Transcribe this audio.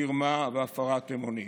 מרמה והפרת אמונים?